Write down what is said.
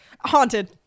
haunted